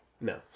No